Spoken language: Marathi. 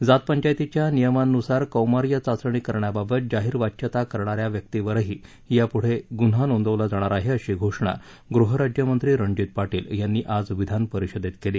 जातपंचायतीच्या नियमांनुसार कौमार्य चाचणी करण्याबाबत जाहीर वाच्यता करणाऱ्या व्यक्तीवरही यापूढे गून्हा नोंदवण्यात येणार अशी घोषणा गृहराज्यमंत्री रणजित पाटील यांनी आज विधानपरिषदेत केली